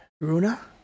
Runa